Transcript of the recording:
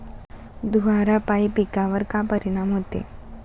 धुवारापाई पिकावर का परीनाम होते?